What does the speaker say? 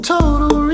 Total